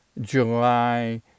July